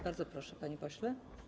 Bardzo proszę, panie pośle.